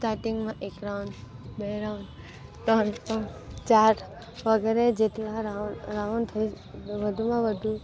સ્ટાર્ટિંગમાં એક રાઉન્ડ બે રાઉન્ડ તણ તણ ચાર વગેરે જેટલા રાઉન્ડ થઈ વધુમાં વધુ